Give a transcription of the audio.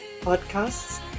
podcasts